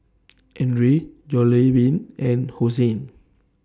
Andre Jollibean and Hosen